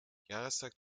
jahrestag